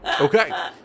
Okay